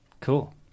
Cool